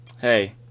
hey